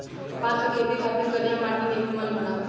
कपास के खेती खातिर करिया माटी निमन होला